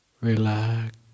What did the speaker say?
relax